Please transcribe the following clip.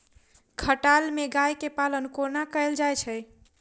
खटाल मे गाय केँ पालन कोना कैल जाय छै?